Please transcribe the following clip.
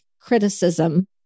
criticism